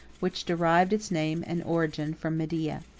which derived its name and origin from media.